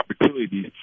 opportunities